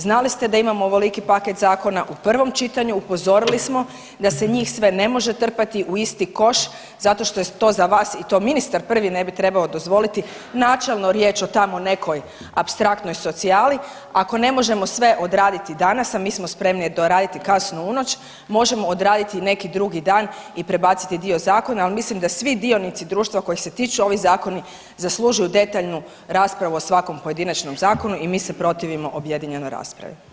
Znali ste da imamo ovoliki paket zakona u prvom čitanju, upozorili smo da se njih sve ne može trpati u isti koš zato što je to za vas i to ministar prvi ne bi trebao dozvoliti načelno riječ o tamo nekoj apstraktnoj socijali, ako ne možemo sve odraditi danas, a mi smo spremi do raditi kasno u noć, možemo odraditi neki drugi dan i prebaciti dio zakona, ali mislim da svi dionici društva kojih se tiču ovi zakoni zaslužuju detaljnu raspravu o svakom pojedinačnom zakonu i mi se protivimo objedinjenoj raspravi.